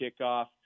kickoff